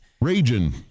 Raging